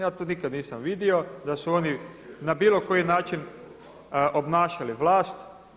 Ja to nikad nisam vidio da su oni na bilo koji način obnašali vlast.